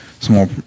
small